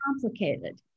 complicated